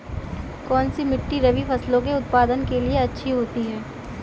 कौनसी मिट्टी रबी फसलों के उत्पादन के लिए अच्छी होती है?